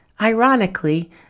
Ironically